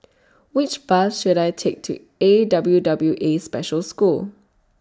Which Bus should I Take to A W W A Special School